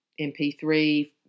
MP3